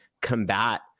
combat